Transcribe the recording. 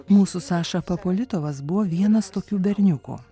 mūsų saša papolitovas buvo vienas tokių berniukų